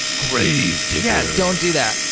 grave digger. yeah, don't do that.